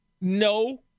no